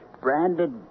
branded